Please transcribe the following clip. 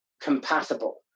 compatible